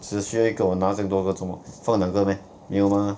我只需要一个我拿这样多个做么放两个 meh 没有 mah